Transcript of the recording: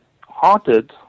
haunted